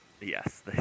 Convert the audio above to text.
Yes